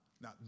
now